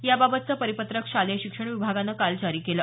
याबाबतचं परिपत्रक शालेय शिक्षण विभागानं काल जारी केलं